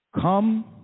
come